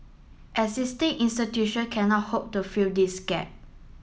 existing institution cannot hope to fill this gap